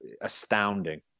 astounding